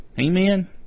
Amen